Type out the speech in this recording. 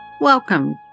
Welcome